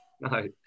No